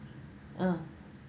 uh